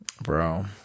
Bro